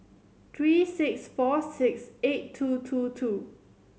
three six four six eight two two two